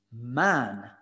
man